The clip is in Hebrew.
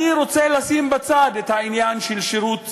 אני רוצה לשים בצד את העניין של שירות צבאי,